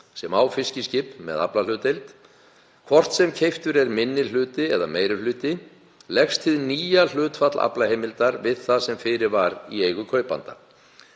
sem á fiskiskip með aflahlutdeild, hvort sem keyptur er minni hluti eða meiri hluti, leggst hið nýja hlutfall aflaheimildar við það sem fyrir var í eigu kaupanda.